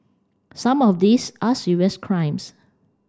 some of these are serious crimes